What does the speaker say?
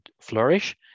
flourish